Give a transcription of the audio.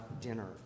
dinner